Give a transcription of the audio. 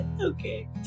okay